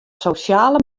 sosjale